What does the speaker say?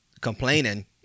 complaining